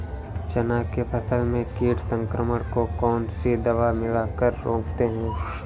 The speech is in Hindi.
चना के फसल में कीट संक्रमण को कौन सी दवा मिला कर रोकते हैं?